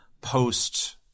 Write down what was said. post